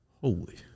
Holy